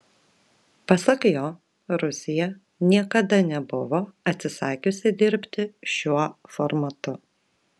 pasak jo rusija niekada nebuvo atsisakiusi dirbti šiuo formatu